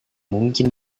mungkin